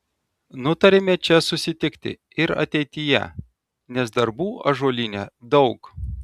nutarėme čia susitikti ir ateityje nes darbų ąžuolyne daug